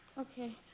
Okay